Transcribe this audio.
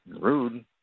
rude